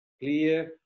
clear